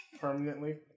permanently